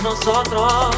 Nosotros